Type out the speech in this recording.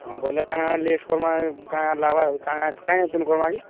ହଁ ବଇଲେ କାଣା କାଣା ଲିଷ୍ଟ୍ କରମା କାଏଁ କାଏଁଟା ଲାଗବା କାଏଁ କାଏଁ ତୁନ୍ କରମା କି